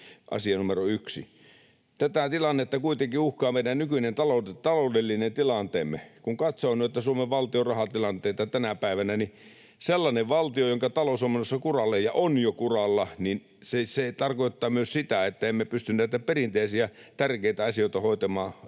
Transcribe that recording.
asia numero yksi. Tätä tilannetta kuitenkin uhkaa meidän nykyinen taloudellinen tilanteemme. Kun katsoo noita Suomen valtion rahatilanteita tänä päivänä, niin sellainen valtio, jonka talous on menossa kuralle ja on jo kuralla, tarkoittaa myös sitä, että emme pysty näitä perinteisiä tärkeitä asioita hoitamaan,